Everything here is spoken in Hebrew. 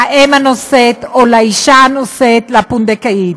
לאם הנושאת, או לאישה הנושאת, לפונדקאית.